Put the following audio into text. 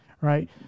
right